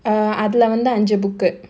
err அதுல வந்து அஞ்சு:athula vandhu anju book uh